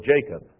Jacob